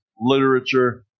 literature